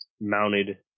mounted